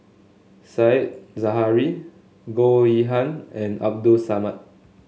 Said Zahari Goh Yihan and Abdul Samad